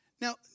Now